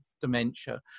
dementia